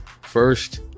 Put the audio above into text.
first